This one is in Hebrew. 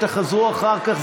תחזרו אחר כך,